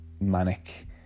manic